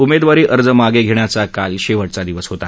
उमेदवारी अर्ज मागे घेण्याचा काल शेवटचा दिवस होता